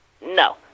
No